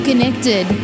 Connected